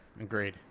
Agreed